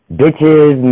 bitches